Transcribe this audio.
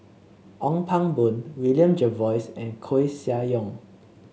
Ong Pang Boon William Jervois and Koeh Sia Yong